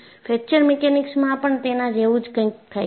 fracture મિકેનિક્સમાં પણ તેના જેવું જ કંઈક થાય છે